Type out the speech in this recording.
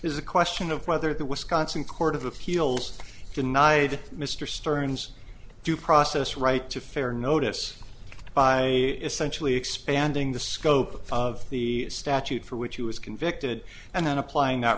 the question of whether the wisconsin court of appeals denied mr stearns due process right to fair notice by essentially expanding the scope of the statute for which he was convicted and then applying